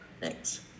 Thanks